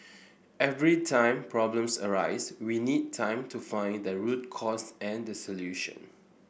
every time problems arise we need time to find the root cause and the solution